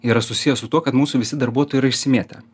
yra susiję su tuo kad mūsų visi darbuotojai yra išsimėtę